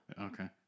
Okay